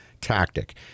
tactic